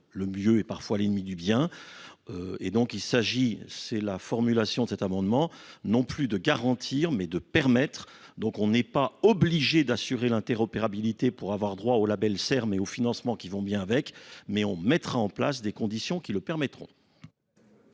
le mieux et parfois l'ennemi du bien. Et donc, il s'agit c'est la formulation de cet amendement non plus de garantir mais de permettre donc on ne soit pas obligés d'assurer l'interopérabilité pour avoir droit au label Ser Mes et aux financements qui vont bien avec, mais on mettra en place des conditions qui le permettront.